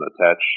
attached